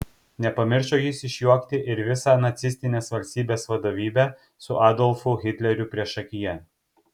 nepamiršo jis išjuokti ir visą nacistinės valstybės vadovybę su adolfu hitleriu priešakyje